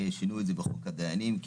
שינו את זה בחוק הדיינים,